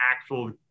actual